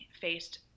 faced